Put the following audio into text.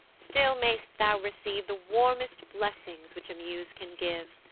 still may'st thou receive the warmest blessings which a muse can give,